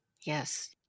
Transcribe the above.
Yes